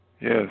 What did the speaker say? Yes